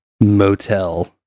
motel